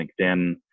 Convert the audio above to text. LinkedIn